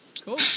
cool